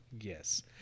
Yes